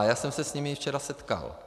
Já jsem se s nimi včera setkal.